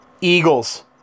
Eagles